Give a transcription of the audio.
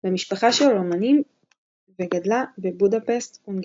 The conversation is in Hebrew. במשפחה של אומנים וגדלה בבודפשט, הונגריה.